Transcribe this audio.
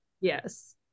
Yes